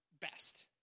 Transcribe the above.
best